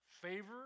favor